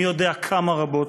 מי יודע כמה רבות,